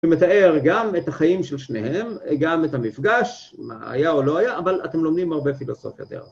ומתאר גם את החיים של שניהם, גם את המפגש, מה היה או לא היה, אבל אתם לומדים הרבה פילוסופיה דרך.